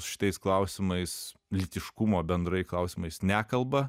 šitais klausimais lytiškumo bendrai klausimais nekalba